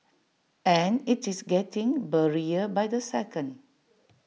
and IT is getting blurrier by the second